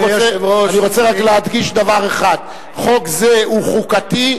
אני רק רוצה להדגיש דבר אחד: חוק זה הוא חוקתי,